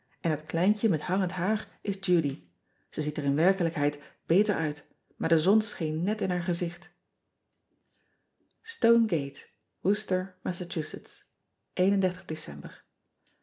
en dat kleintje met hangend haar is udy e ziet er in werkelijkheid beter uit maar de zon scheen net in haar gezicht tone ate orcester ass ecember